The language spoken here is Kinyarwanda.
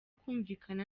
kumvikana